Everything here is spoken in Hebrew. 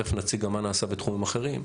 תיכף נציג גם מה נעשה בתחומים אחרים,